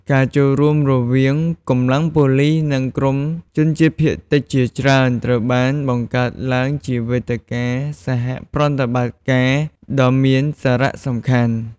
ការចូលរួមរវាងកម្លាំងប៉ូលិស និងក្រុមជនជាតិភាគតិចជាច្រើន ត្រូវបានបង្កើតឡើងជាវេទិកាសហប្រតិបត្តិការដ៏មានសារៈសំខាន់។